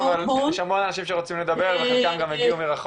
וככל שמתקרבים לאזור המרכז זה גם עשרה ועשרים מיליון